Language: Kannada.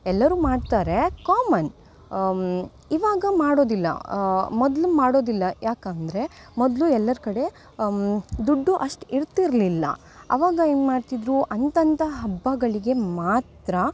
ಎಲ್ಲರೂ ಮಾಡ್ತಾರೆ ಕಾಮನ್ ಇವಾಗ ಮಾಡೋದಿಲ್ಲ ಮೊದಲು ಮಾಡೋದಿಲ್ಲ ಯಾಕಂದರೆ ಮೊದಲು ಎಲ್ಲರ ಕಡೆ ದುಡ್ಡು ಅಷ್ಟು ಇರ್ತಿರಲಿಲ್ಲ ಅವಾಗ ಏನು ಮಾಡ್ತಿದ್ದರು ಅಂಥಂಥ ಹಬ್ಬಗಳಿಗೆ ಮಾತ್ರ